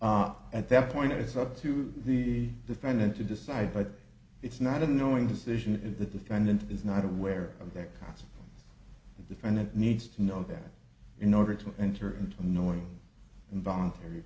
up at that point it is up to the defendant to decide but it's not a knowing decision in the defendant is not aware of that cost the friend that needs to know that in order to enter into knowing and voluntary